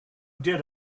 did